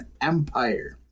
Empire